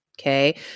Okay